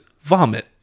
vomit